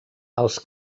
els